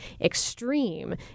extreme